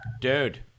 Dude